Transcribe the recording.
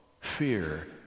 fear